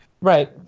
Right